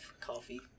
coffee